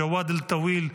ג'וואד אלטוויל,